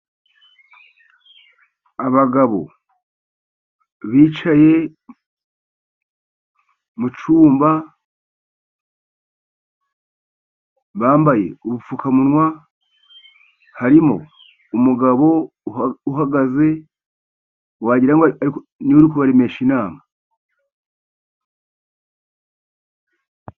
Abagabo bicaye mu cyumba, bambaye ubupfukamunwa, harimo umugabo uhagaze, wagira ngo ni we uri kubaremesha inama.